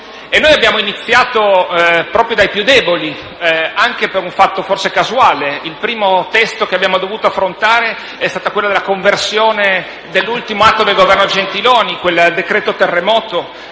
Noi abbiamo iniziato proprio dai più deboli, anche per un fatto forse casuale: il primo testo che abbiamo dovuto affrontare è stato il disegno di legge di conversione in legge dell'ultimo atto del Governo Gentiloni Silveri, quel decreto terremoto